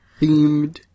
themed